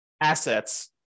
assets